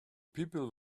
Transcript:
people